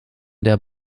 der